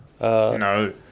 No